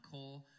Cole